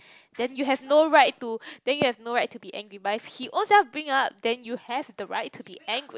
then you have no right to then you have no right to be angry but if he ovrselves bring up then you have the right to be angry